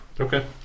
Okay